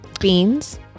beans